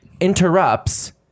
interrupts